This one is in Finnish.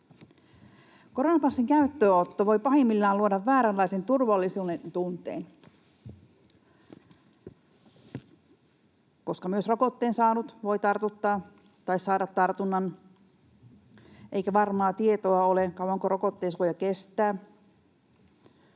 Koronapassin käyttöönotto voi pahimmillaan luoda vääränlaisen turvallisuudentunteen, koska myös rokotteen saanut voi tartuttaa tai saada tartunnan eikä varmaa tietoa ole siitä, kauanko rokotteen suoja kestää,